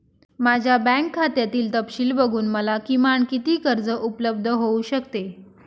माझ्या बँक खात्यातील तपशील बघून मला किमान किती कर्ज उपलब्ध होऊ शकते?